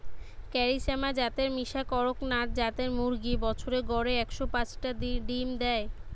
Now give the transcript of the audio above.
কারি শ্যামা জাতের মিশা কড়কনাথ জাতের মুরগি বছরে গড়ে একশ পাচটা ডিম দেয়